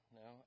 no